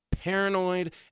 paranoid